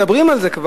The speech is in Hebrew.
רק כשמדברים על זה,